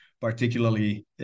particularly